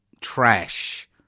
trash